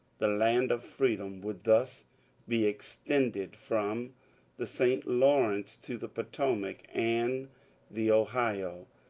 the land of freedom would thus be extended from the st. lawrence to the potomac and the ohio.